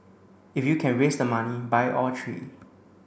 if you can raise the money buy all three